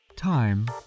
Time